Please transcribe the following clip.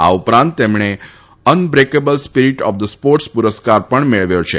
આ ઉપરાંત તેમણે અનબ્રેકેબલ સ્પીરીટ ઓફ સ્પોર્ટ્સ પુરસ્કાર પણ મેળવ્યો છે